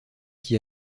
qui